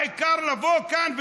העיקר לבוא לכאן,